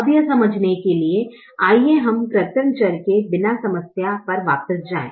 अब यह समझने के लिए आइए हम कृत्रिम चर के बिना समस्या पर वापस जाएं